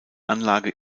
anlage